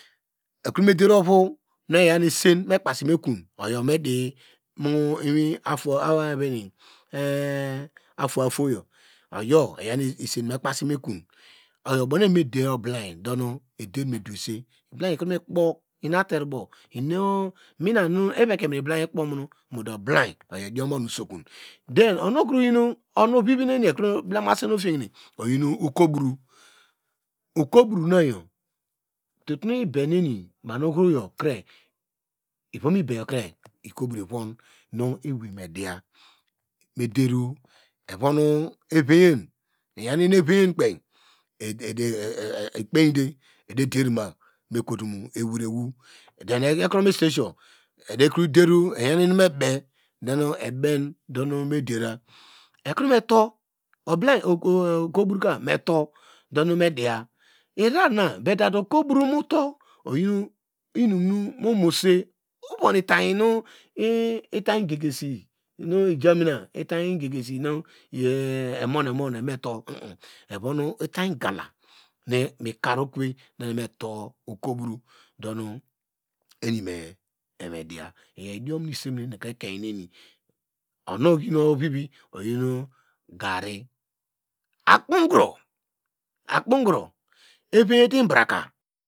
Ekrome der ovu nu oyaw nu isen mekpasi me kon oyo me ator, atoryo mo eyan isen me kpasi makun, oyo abonu eva me der oblayi nu eder me dowesi oblay, kpor inaterobo mina nu eveke mu mo ibliyi oblayi oyo idiom uno usokun then ovivi no eni ekroblemuse oyinu okubro, okubronayo tutunu ibemeni ohoyo kre ikubro ivon, eveyen mekpe ya meda der inu mekutumu eworewo, eyekromu esine siyo eyu inu eben donu me dera ekrome tur, okubroka me tur, do momowosi, eyon itany nu iyin itany gegesi eyon itany gala nu evome tur okubro nu eni mediya ekenini ovivi oyina gari akpogoro, eveyete ibraka